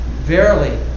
verily